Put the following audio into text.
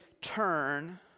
turn